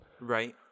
Right